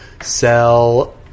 sell